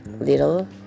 little